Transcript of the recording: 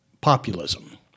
populism